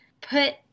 put